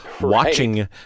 watching